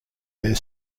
their